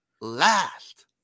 Last